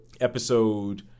episode